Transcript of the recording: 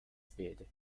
speed